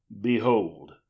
Behold